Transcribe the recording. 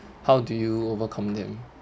how did you overcome them